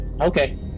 Okay